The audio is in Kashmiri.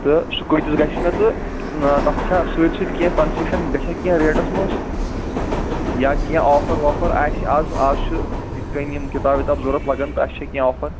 تہٕ سُہ کۭتس گَژھِ مےٚتہٕ تَتھ چھا سۭتۍ سۭتۍ کیٚنٛہہ کَنسیشن گَژھیا کیٚنٛہہ ریٹس منٛز یا کیٚنٛہہ آفَر وآفر آسہِ آز آز چھُ یِتھ کٔنہ یِم کِبابہٕ وِتابہٕ ضوٚرتھ لگان تہٕ اَسہِ چھا کینہہ آفر